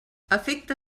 afecta